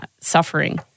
suffering